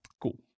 Cool